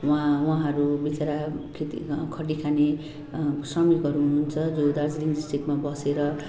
उहाँ उहाँहरू बिचरा खेतिमा खटिखाने श्रमिकहरू हुनुहुन्छ जो दार्जिलिङ डिस्ट्रिक्टमा बसेर